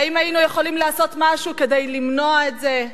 האם היינו יכולים לעשות משהו כדי למנוע את זה?